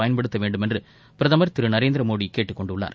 பயன்படுத்த வேண்டுமென்று பிரதமர் திரு நரேந்திரமோடி கேட்டுக் கொண்டுள்ளார்